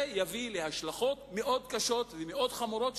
זה יביא להשלכות מאוד קשות ומאוד חמורות,